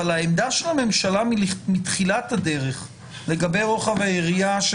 אבל העמדה של הממשלה מתחילת הדרך לגבי רוחב היריעה של